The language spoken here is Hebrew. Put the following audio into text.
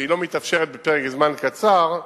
שלא מתאפשרת בפרק זמן קצר,